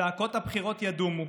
צעקות הבחירות יידומו,